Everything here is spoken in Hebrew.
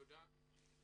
תודה.